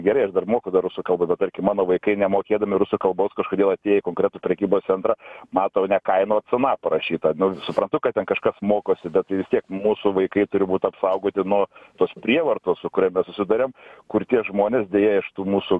gerai aš dar moku dar rusų kalbą bet tarkim mano vaikai nemokėdami rusų kalbos kažkodėl atėję į konkretų prekybos centrą mato ne kainą o cena parašyta nu suprantu kad ten kažkas mokosi bet tai vis tiek mūsų vaikai turi būti apsaugoti nuo tos prievartos su kuria mes susiduriam kur tie žmonės deja iš tų mūsų